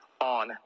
on